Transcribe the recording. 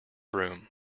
room